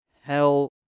hell